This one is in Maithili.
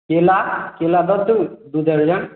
केला केला दऽ दू दू दर्जन